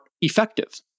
effective